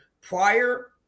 prior